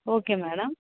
okay madam